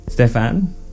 Stefan